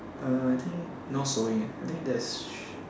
uh I think no sewing eh I think there is